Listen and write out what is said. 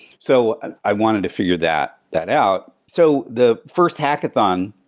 so ah i wanted to figure that that out. so the first hackathon,